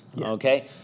Okay